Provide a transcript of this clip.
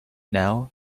now